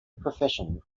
profession